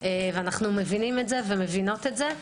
ואנו מבינים את זה ומבינות את זה.